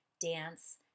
dance